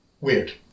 weird